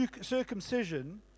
circumcision